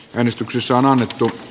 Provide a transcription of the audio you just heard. yhdistyksessä on annettu